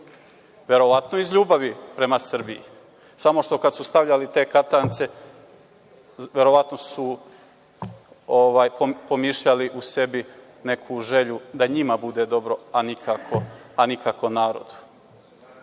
verovatno iz ljubavi prema Srbiji, samo što kada su stavljali te katance verovatno su pomišljali u sebi neku želju da njima bude dobro a nikako narodu. Imamo